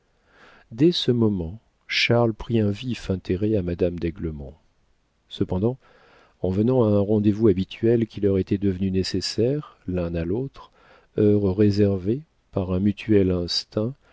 dès ce moment charles prit un vif intérêt à madame d'aiglemont cependant en venant à un rendez-vous habituel qui leur était devenu nécessaire l'un à l'autre heure réservée par un mutuel instinct